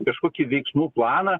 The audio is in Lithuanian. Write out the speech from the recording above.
kažkokį veiksmų planą